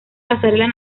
pasarelas